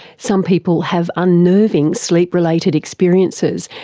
some people have unnerving sleep related experiences,